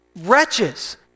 wretches